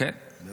כי